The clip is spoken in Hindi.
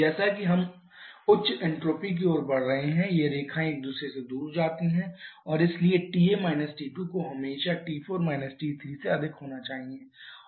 जैसा कि हम उच्च एन्ट्रापी की ओर बढ़ रहे हैं ये रेखाएँ एक दूसरे से दूर जाती हैं और इसलिए TA − T2 को हमेशा T4 − T3 से अधिक होना चाहिए